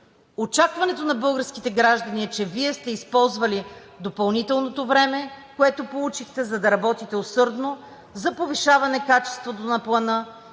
Очакването на българските граждани е, че Вие сте използвали допълнителното време, което получихте, за да работите усърдно за повишаване качеството на Плана